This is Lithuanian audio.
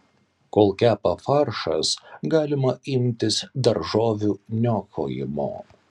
kol kepa faršas galima imtis daržovių niokojimo